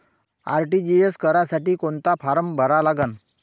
RTGS करासाठी कोंता form भरा लागन?